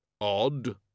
Odd